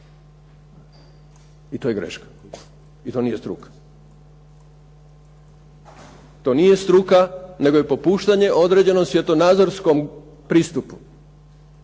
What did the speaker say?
I to je greška, i to nije struka. To nije struka nego je popuštanje određenom svjetonazorskom pristupu